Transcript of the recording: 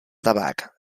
tabac